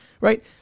Right